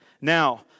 Now